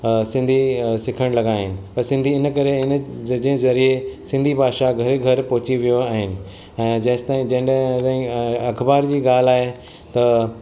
अ सिंधी अ सिखण लॻा आहिनि त सिंधी इन करे इन ज जे ज़रिए सिंधी भाषा घरु घरु पोहची वियो आहिनि जेसि ताईं जॾहिं तईं अ अख़बार जी ॻाल्हि आहे त